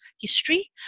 history